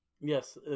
Yes